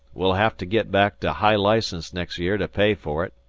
we'll have to get back to high-license next year to pay for it.